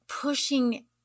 pushing